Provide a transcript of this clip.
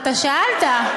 שאלת.